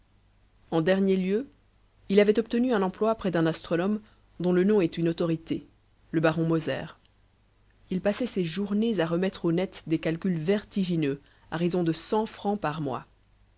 en dernier lieu il avait obtenu un emploi près d'un astronome dont le nom est une autorité le baron moser il passait ses journées à remettre au net des calculs vertigineux à raison de cent francs par mois